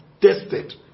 tested